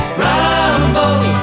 ramble